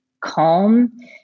calm